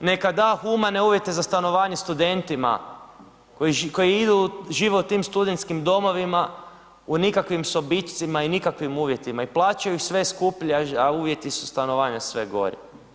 neka da humane uvjete za stanovanje studentima koji idu, žive u tim studentskim domovima u nikakvim sobičcima i nikakvim uvjetima i plaćaju sve skuplje, a uvjeti su stanovanja sve gori.